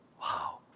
Wow